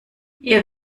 ihr